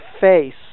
face